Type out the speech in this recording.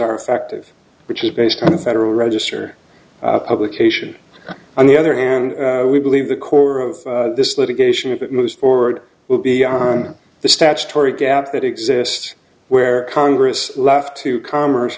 are effective which is based on a federal register publication on the other hand we believe the core of this litigation that moves forward will be on the statutory gaps that exist where congress left to commerce